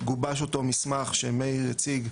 גובש אותו מסמך שמאיר הציג,